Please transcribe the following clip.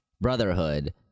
Brotherhood